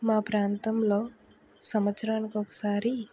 మా ప్రాంతంలో సంవత్సరానికి ఒకసారి